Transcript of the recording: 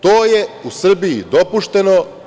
To je u Srbiji dopušteno.